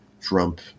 Trump